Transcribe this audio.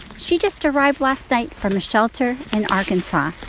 she just arrived last night from a shelter in arkansas.